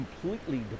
completely